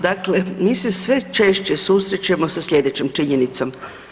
Dakle mi se sve češće susrećemo sa sljedećom činjenicom.